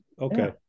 Okay